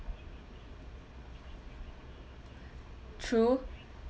true